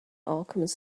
alchemist